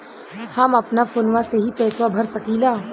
हम अपना फोनवा से ही पेसवा भर सकी ला?